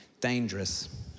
dangerous